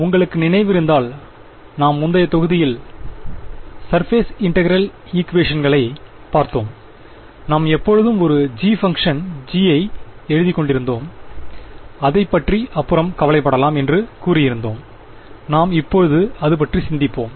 உங்களுக்கு நினைவிருந்தால் நாம் முந்தைய தொகுதிகளில் நாம் சர்பேஸ் இன்டெகிறள் ஈக்குவேஷங்களை பார்த்தோம் நாம் எப்பொழுதும் ஒரு g பங்க்ஷன் g ஐ எழுதிக்கொண்டிருந்தோம் அதை ப்பற்றி அப்புறம் கவலை படலாம் என்று கூறியிருந்தோம் நாம் இப்போது அதுபற்றி சிந்திப்போம்